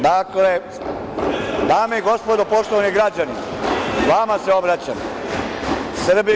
Dakle, dame i gospodo, poštovani građani, vama se obraćam, Srbiju…